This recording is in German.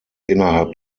innerhalb